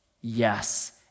Yes